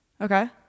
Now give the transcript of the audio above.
Okay